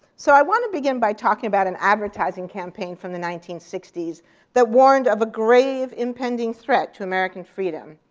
so i want to begin by talking about an advertising campaign from the nineteen sixty s that warned of a grave impending threat to american freedom.